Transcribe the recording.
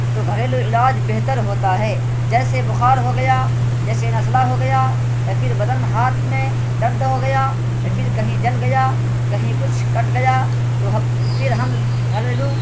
تو گھریلو علاج بہتر ہوتا ہے جیسے بخار ہو گیا جیسے نزلہ ہو گیا یا پھر بدن ہاتھ میں درد ہو گیا یا پھر کہیں جل گیا کہیں کچھ کٹ گیا تو پھر ہم گھریلو